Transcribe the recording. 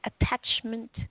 attachment